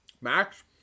Max